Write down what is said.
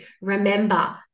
Remember